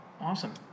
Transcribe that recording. Awesome